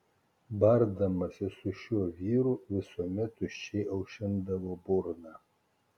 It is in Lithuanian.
bardamasi su šiuo vyru visuomet tuščiai aušindavo burną